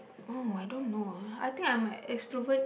oh I don't know I'm think I'm a extrovert